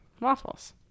waffles